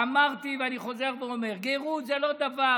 אמרתי ואני חוזר ואומר: גרות זה לא דבר